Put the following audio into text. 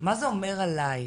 מה זה אומר עליי,